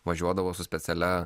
važiuodavo su specialia